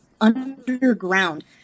underground